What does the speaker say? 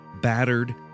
battered